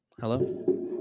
Hello